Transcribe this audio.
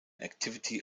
activity